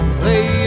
play